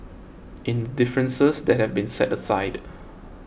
in the differences that have been set aside